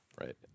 right